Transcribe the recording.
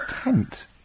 Tent